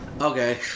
okay